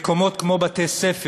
מקומות כמו בתי-ספר,